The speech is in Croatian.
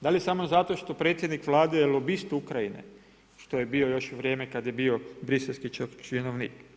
Da li samo zato što predsjednik Vlade je lobist Ukrajine što je bio još u vrijeme kad je bio briselski činovnik?